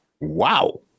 Wow